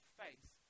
face